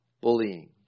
bullying